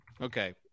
okay